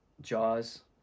Jaws